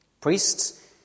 Priests